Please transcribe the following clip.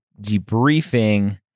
debriefing